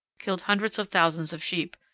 killed hundreds of thousands of sheep,